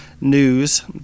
news